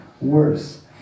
worse